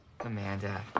Amanda